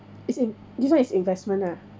it's in this one is investment ah